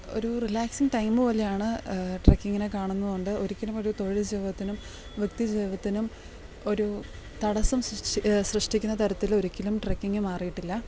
ഒരു relaxing time പോലെയാണ് ട്രക്കിങ്ങിനെ കാണുന്നത് കൊണ്ട് ഒരിക്കലും ഒരു തൊഴിൽ ജീവിതത്തിനും വ്യക്തിജീവിതത്തിനും ഒരു തടസ്സം സൃഷ്ടിക്കുന്ന തരത്തിൽ ഒരിക്കലും ട്രക്കിങ്ങ് മാറിയിട്ടില്ല